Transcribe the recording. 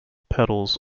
petals